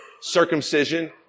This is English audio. circumcision